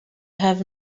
have